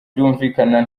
byumvikana